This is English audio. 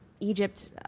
Egypt